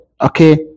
Okay